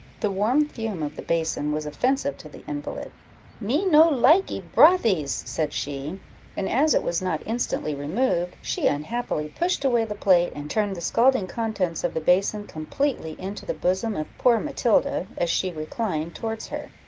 the warm fume of the basin was offensive to the invalid me no likee brothies, said she and as it was not instantly removed, she unhappily pushed away the plate, and turned the scalding contents of the basin completely into the bosom of poor matilda, as she reclined towards her.